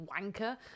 wanker